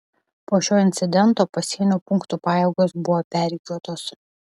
po šio incidento pasienio punktų pajėgos buvo perrikiuotos